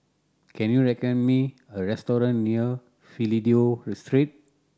can you recommend me a restaurant near Fidelio Street